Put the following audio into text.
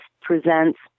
presents